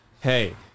hey